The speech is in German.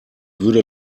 würde